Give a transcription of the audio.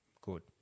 good